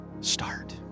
start